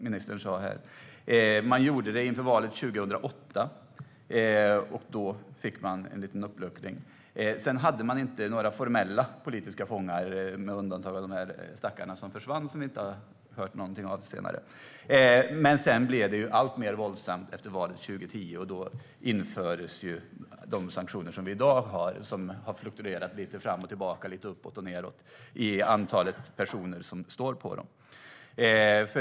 Det skedde inför valet 2008, och man fick en liten uppluckring. Då hade Vitryssland inte några formella politiska fångar, med undantag av de stackare som försvann och som vi inte har hört någonting om därefter. Men efter valet 2010 blev det alltmer våldsamt, och då infördes de sanktioner som vi i dag har. De har fluktuerat fram och tillbaka lite grann, gått lite uppåt och nedåt vad gäller antalet personer som är listade.